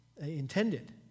intended